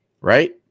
Right